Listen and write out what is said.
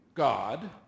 God